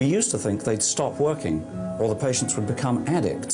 אנחנו מכירים את הסטטיסטיקה שאחד מתוך עשרה אנשים